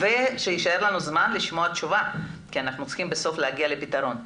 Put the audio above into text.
ושיישאר לנו זמן לשמוע תשובה כי אנחנו צריכים בסוף להגיע לפתרון.